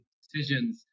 decisions